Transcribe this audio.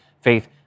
faith